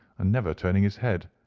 and never turning his head.